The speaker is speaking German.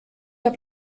auf